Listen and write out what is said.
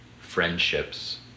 friendships